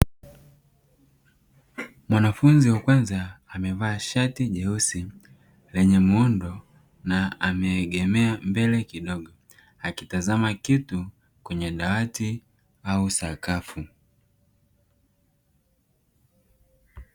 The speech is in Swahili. Mwanafunzi wa kwanza amevaa shati nyeusi lenye muundo na ameegemea mbele kidogo akitazama kitu kwenye dawati au sakafu.